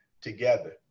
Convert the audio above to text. together